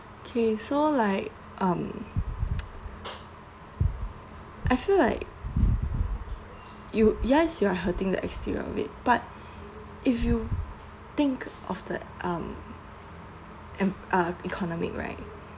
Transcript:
K so like um I feel like you yes you are hurting the exterior of it but if you think of the um en~ uh economy right